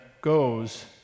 goes